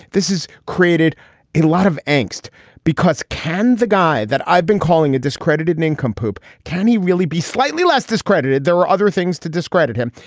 this has created a lot of angst because ken, the guy that i've been calling a discredited nincompoop. can he really be slightly less discredited? there are other things to discredit him.